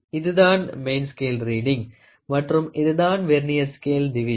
இதுதான் main scale reading மற்றும் இதுதான் வெர்னியர் ஸ்கேல் டிவிஷன்